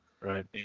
Right